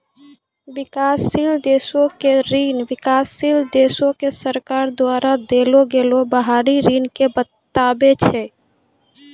विकासशील देशो के ऋण विकासशील देशो के सरकार द्वारा देलो गेलो बाहरी ऋण के बताबै छै